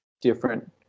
Different